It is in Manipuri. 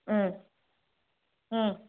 ꯎꯝ ꯎꯝ